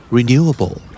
Renewable